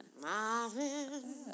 Marvin